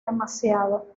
demasiado